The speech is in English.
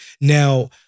Now